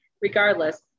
regardless